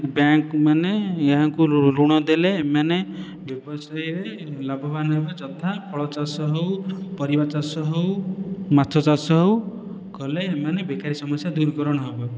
ବ୍ୟାଙ୍କମାନେ ଏହାଙ୍କୁ ଋଣ ଦେଲେ ଏମାନେ ଲାଭବାନ ହେବେ ଯଥା ଫଳ ଚାଷ ହେଉ ପରିବା ଚାଷ ହେଉ ମାଛ ଚାଷ ହେଉ କଲେ ଏମାନେ ବେକାରୀ ସମସ୍ୟା ଦୂରୀକରଣ ହେବ